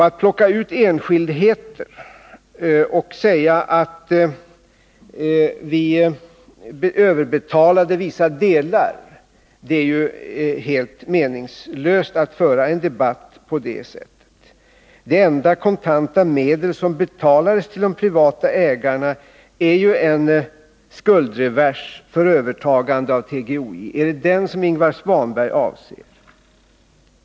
Att plocka ut enskildheter och påstå att vi överbetalade vissa delar är ju ett helt meningslöst sätt att föra en debatt på. De enda kontanta medel som betalades till de privata ägarna var ju en skuldrevers för övertagande av TGOJ. Är det den Ingvar Svanberg avser?